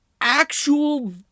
actual